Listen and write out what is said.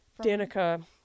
Danica